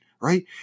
right